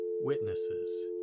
witnesses